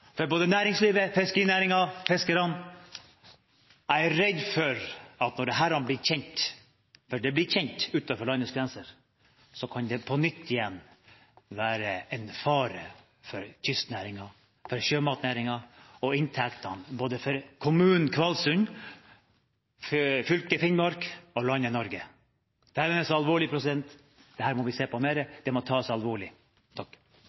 for både næringslivet generelt, fiskerinæringen og fiskerne. Når dette blir kjent – for det blir kjent utenfor landets grenser – er jeg redd for at det på nytt kan utgjøre en fare for kystnæringen, for sjømatnæringen og for inntektene for både kommunen Kvalsund, fylket Finnmark og landet Norge. Dette er alvorlig. Dette må vi se mer på.